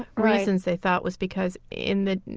reasons they thought was because in the